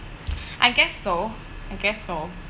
I guess so I guess so